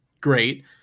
great